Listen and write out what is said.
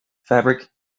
fabric